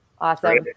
Awesome